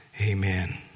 amen